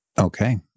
Okay